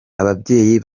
ababyeyi